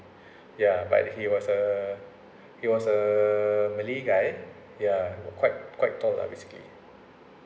ya but he was a he was a malay guy ya quite quite tall lah basically